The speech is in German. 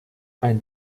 ein